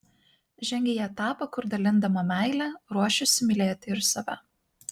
žengia į etapą kur dalindama meilę ruošiasi mylėti ir save